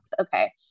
Okay